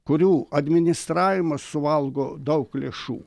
kurių administravimas suvalgo daug lėšų